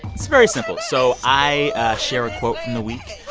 it's very simple. so i share a quote from the week.